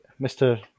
Mr